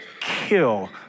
kill